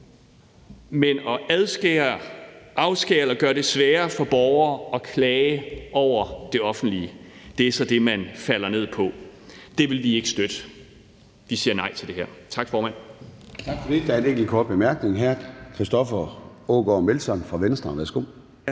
Men at gøre det sværere for borgere at klage over det offentlige er så det, man falder ned på. Det vil vi ikke støtte. Vi siger nej til det her. Tak, formand.